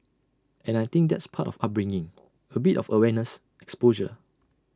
and I think that's part of upbringing A bit of awareness exposure